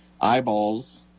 eyeballs